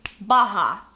Baja